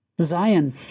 Zion